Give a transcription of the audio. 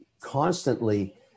constantly –